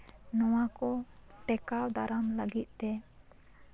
ᱱᱚᱣᱟ ᱠᱚ ᱴᱮᱠᱟᱣ ᱫᱟᱨᱟᱢ ᱞᱟᱹᱜᱤᱫᱛᱮ